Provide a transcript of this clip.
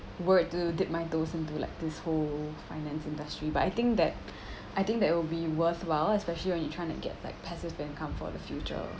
worried to dip my toes into like this whole finance industry but I think that I think that it'll be worthwhile especially when you trying to get like passive income for the future